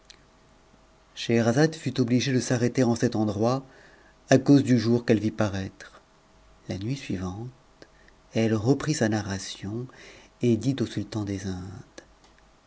scheherazade fut obligée de s'arrêter en cet endroit à cause du jour qu'elle vit paraître la nuit suivante elle reprit sa narration et dit au sultan des indes